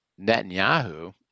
Netanyahu